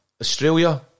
Australia